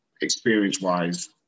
experience-wise